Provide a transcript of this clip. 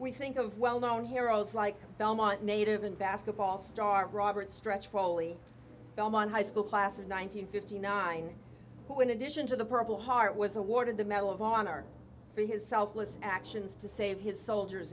we think of well known heroes like belmont native and basketball star robert stretch proly belmont high school class one thousand nine hundred fifty nine who in addition to the purple heart was awarded the medal of honor for his selfless actions to save his soldiers